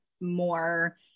more